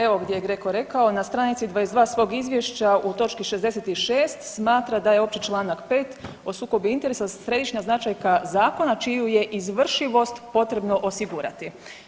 Evo gdje je GRECO rekao na stranici 22. svog izvješća u točki 66. smatra da je opći članak 5. o sukobu interesa središnja značajka zakona čiju je izvršivost potrebno osigurati.